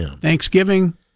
Thanksgiving